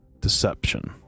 deception